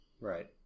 Right